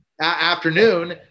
Afternoon